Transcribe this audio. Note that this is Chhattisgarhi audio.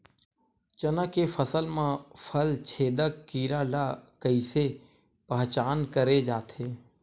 चना के फसल म फल छेदक कीरा ल कइसे पहचान करे जाथे?